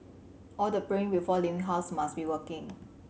all the praying before leaving house must be working